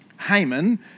Haman